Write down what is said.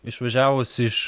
išvažiavus iš